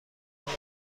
نیاز